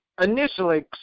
initially